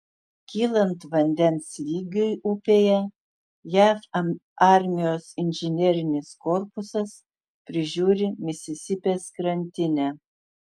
kylant vandens lygiui upėje jav armijos inžinerinis korpusas prižiūri misisipės krantinę